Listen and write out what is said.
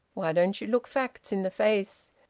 why don't you look facts in the face?